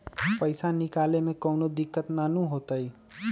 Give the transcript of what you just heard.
पईसा निकले में कउनो दिक़्क़त नानू न होताई?